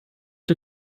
der